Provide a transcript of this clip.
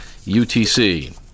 UTC